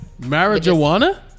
Marijuana